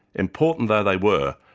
important though they were,